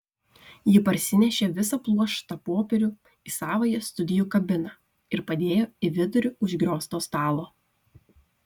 ji parsinešė visą pluoštą popierių į savąją studijų kabiną ir padėjo į vidurį užgriozto stalo